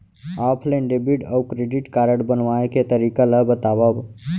Offline debit अऊ credit card बनवाए के तरीका ल बतावव?